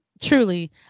truly